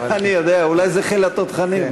אני יודע, אולי זה חיל התותחנים.